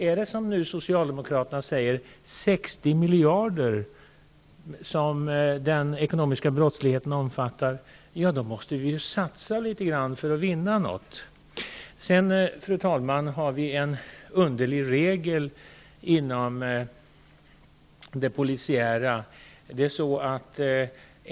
Om den ekonomiska brottsligheten omfattar 60 miljarder, som Socialdemokraterna säger, måste vi satsa litet grand för att vinna något. Fru talman! Vi har en underlig regel inom det polisiära.